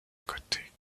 côtés